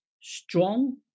strong